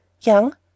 Young